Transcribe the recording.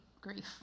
grief